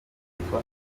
yitwa